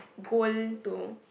goal to